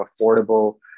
affordable